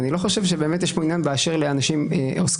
אני לא חושב שיש פה באמת ענין באשר לאנשים עוסקים.